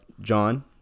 John